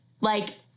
Like-